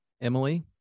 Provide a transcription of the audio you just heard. Emily